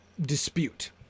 dispute